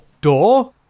Door